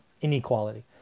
inequality